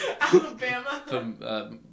Alabama